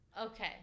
Okay